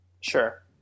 Sure